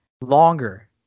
longer